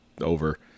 over